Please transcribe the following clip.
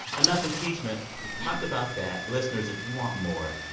enough impeachment we've talked about that. listeners, if you want more,